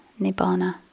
Nibbana